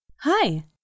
Hi